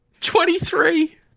twenty-three